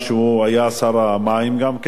שהוא היה שר המים גם כן,